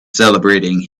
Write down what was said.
celebrating